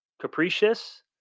capricious